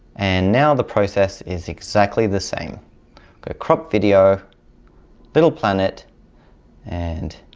and now the process is exactly the same go cropped video little planet and